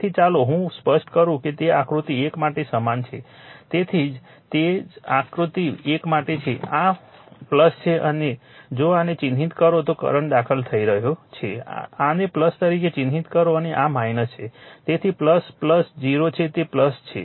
તેથી ચાલો હું સ્પષ્ટ કરું કે તે આકૃતિ 1 માટે સમાન છે તેથી તે જ આ આકૃતિ 1 માટે છે આ છે જો આને ચિહ્નિત કરો તો કરંટ દાખલ થઈ રહ્યો છે આને તરીકે ચિહ્નિત કરો અને આ છે તેથી o છે તે છે